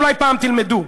אולי פעם תלמדו,